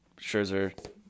Scherzer